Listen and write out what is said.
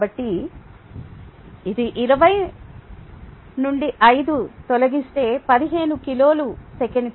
కాబట్టి ఇది 20 5 15 కిలోలు సె